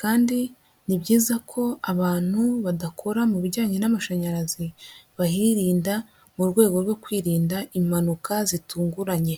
kandi ni byiza ko abantu badakora mu bijyanye n'amashanyarazi bahirinda mu rwego rwo kwirinda impanuka zitunguranye.